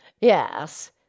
Yes